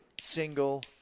single